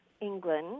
England